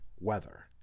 weather